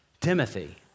Timothy